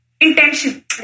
intention